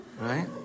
Right